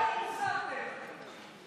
באתם והתחלתם להרוס.